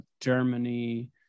Germany